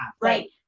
Right